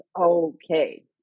okay